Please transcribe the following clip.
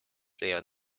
leiavad